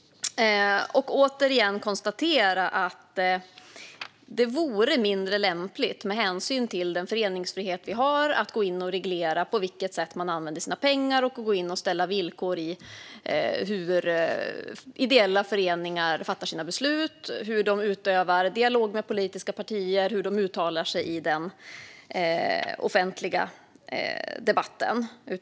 Jag konstaterar också att det vore mindre lämpligt, med hänsyn till den föreningsfrihet vi har, att gå in och reglera på vilket sätt man använder sina pengar och gå in och ställa villkor när det gäller hur ideella föreningar fattar sina beslut, hur de utövar dialog med politiska partier och hur de uttalar sig i den offentliga debatten.